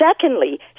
secondly